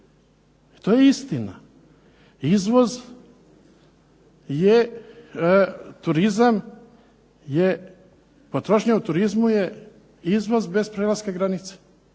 To je istina. Potrošnja u turizmu je izvoz bez prelaska granica.